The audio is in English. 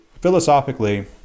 philosophically-